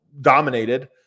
dominated